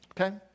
Okay